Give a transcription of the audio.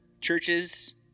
churches